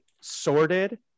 sorted